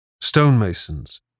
Stonemasons